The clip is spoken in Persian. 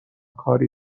کاری